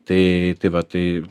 tai tai va tai